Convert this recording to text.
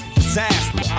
disaster